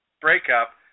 breakup